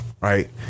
right